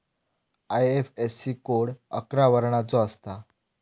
IFSC code अकरा वर्णाचो असता